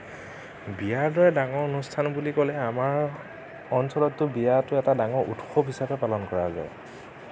বিয়াৰ দৰে ডাঙৰ অনুস্থান বুলি ক'লে আমাৰ অঞ্চলতটো বিয়াটো এটা ডাঙৰ উৎসৱ হিচাপে পালন কৰা যায়